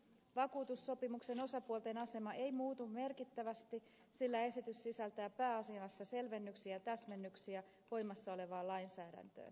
vakuutussopimuksen osapuolten asema ei muutu merkittävästi sillä esitys sisältää pääasiassa selvennyksiä ja täsmennyksiä voimassa olevaan lainsäädäntöön